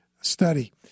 study